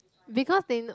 because they know